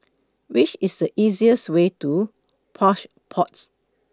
Which IS The easiest Way to Plush Pods